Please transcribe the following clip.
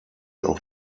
auch